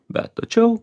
bet tačiau